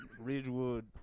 Ridgewood